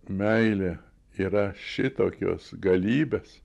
meilė yra šitokios galybės